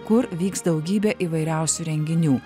kur vyks daugybė įvairiausių renginių